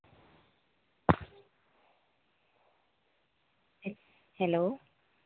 hello